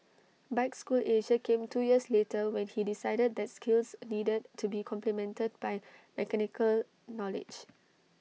bike school Asia came two years later when he decided that skills needed to be complemented by mechanical knowledge